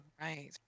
Right